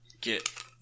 get